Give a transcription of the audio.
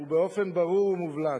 ובאופן ברור ומובלט,